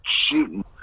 shooting